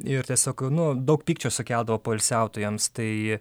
ir tiesiog nu daug pykčio sukeldavo poilsiautojams tai